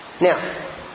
Now